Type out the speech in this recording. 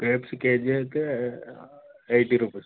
grapes KG అయితే eighty rupees